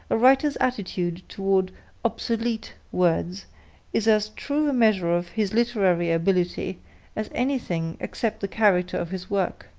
a writer's attitude toward obsolete words is as true a measure of his literary ability as anything except the character of his work.